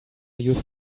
use